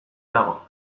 dago